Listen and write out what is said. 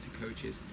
coaches